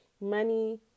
money